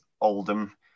Oldham